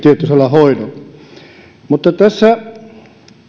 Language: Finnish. hoidolla tässä